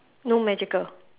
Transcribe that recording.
no magical